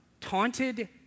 taunted